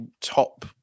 top